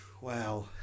Wow